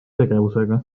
tegevusega